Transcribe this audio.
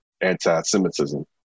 anti-Semitism